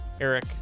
Eric